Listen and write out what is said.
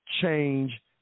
change